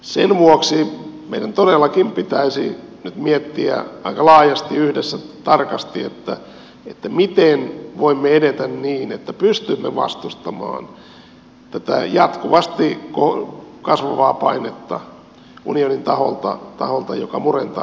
sen vuoksi meidän todellakin pitäisi nyt miettiä aika laajasti yhdessä tarkasti miten voimme edetä niin että pystymme vastustamaan tätä jatkuvasti kasvavaa painetta unionin taholta joka murentaa tätä meidän järjestelmäämme